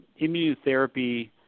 immunotherapy